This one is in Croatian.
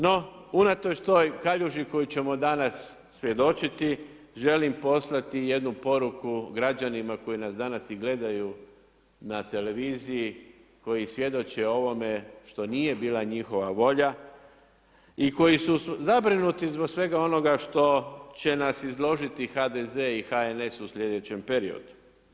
No unatoč toj kaljuži kojoj ćemo danas svjedočiti, želim poslati jednu poruku građanima koji nas danas i gledaju na televiziji, koji svjedoče ovome što nije bila njihova volja i koji su zabrinuti zbog svega onoga što će nas izložiti HDZ i HNS u sljedećem periodu.